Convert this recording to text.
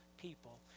people